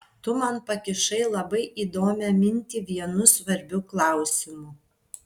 tu man pakišai labai įdomią mintį vienu svarbiu klausimu